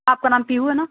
आपका नाम पीहू है नां